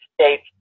States